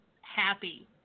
happy